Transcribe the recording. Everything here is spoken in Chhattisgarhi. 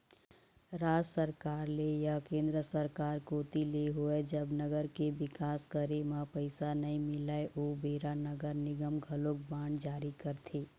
राज सरकार ले या केंद्र सरकार कोती ले होवय जब नगर के बिकास करे म पइसा नइ मिलय ओ बेरा नगर निगम घलोक बांड जारी करथे